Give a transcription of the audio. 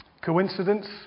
coincidence